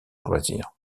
loisirs